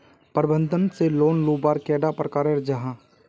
प्रबंधन से लोन लुबार कैडा प्रकारेर जाहा?